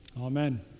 Amen